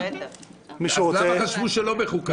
אז למה חשבו שלא בחוקה?